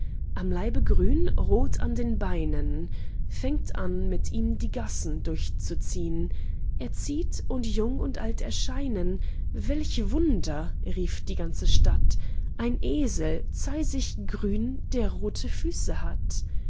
am leibe grün rot an den beinen fängt an mit ihm die gassen durchzuziehn er zieht und jung und alt erscheinen welch wunder rief die ganze stadt ein esel zeisiggrün der rote füße hat